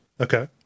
Okay